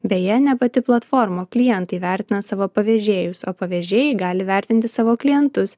beje ne pati platforma o klientai vertina savo pavežėjus o pavežėjai gali vertinti savo klientus